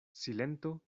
silento